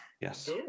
Yes